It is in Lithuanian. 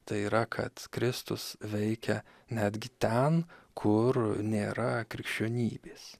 tai yra kad kristus veikia netgi ten kur nėra krikščionybės